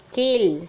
கீழ்